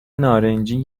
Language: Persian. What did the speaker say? نارنجی